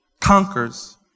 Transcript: conquers